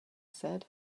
said